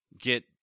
get